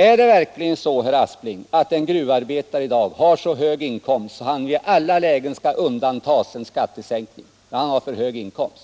Är det verkligen så, herr Aspling, att en gruvarbetare i dag har en sådan inkomst att han i alla lägen skall undantas när det gäller en skattesänkning därför att inkomsten är för hög?